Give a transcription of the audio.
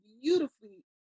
Beautifully